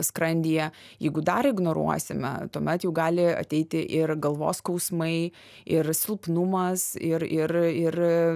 skrandyje jeigu dar ignoruosime tuomet jau gali ateiti ir galvos skausmai ir silpnumas ir ir ir